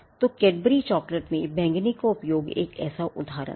तो Cadbury chocolate में बैंगनी का उपयोग एक ऐसा उदाहरण है